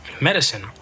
medicine